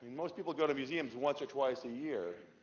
most people go to museums once or twice a year,